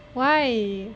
why